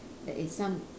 that is some